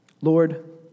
Lord